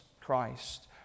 Christ